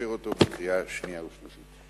לאשר אותו בקריאה שנייה ושלישית.